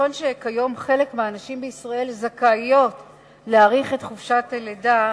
נכון שכיום חלק מהנשים בישראל זכאיות להאריך את חופשת הלידה,